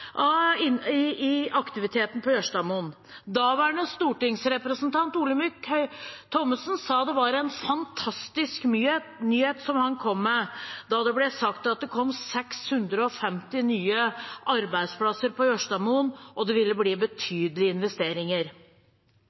av aktiviteten på Jørstadmoen. Stortingsrepresentant Olemic Thommessen sa det var en fantastisk nyhet han kom med da det ble sagt at det kom 650 nye arbeidsplasser på Jørstadmoen, og at det ville bli betydelige investeringer.